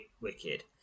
wicked